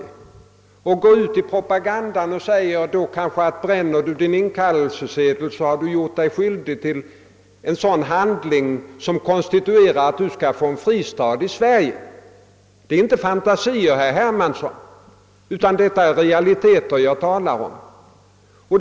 Man kommer då kanske att i propagandan formulera det så: Bränner: du din inkallelsesedel så har du gjort dig skyldig till en sådan handling som ger dig rätt till en fristad i Sverige. Detta är inte fantasier, herr Hermansson, utan det är realiteter jag talar om.